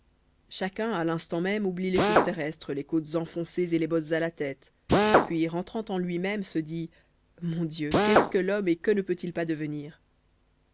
chacun à l'instant même oublie les choses terrestres les côtes enfoncées et les bosses à la tête puis rentrant en lui-même se dit mon dieu qu'est-ce que l'homme et que ne peut-il pas devenir